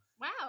Wow